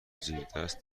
زیردست